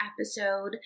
episode